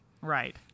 Right